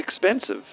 expensive